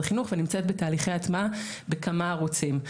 החינוך ונמצאת בתהליכי הטמעה בכמה ערוצים.